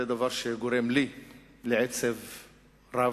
זה דבר שגורם לי לעצב רב,